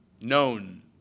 known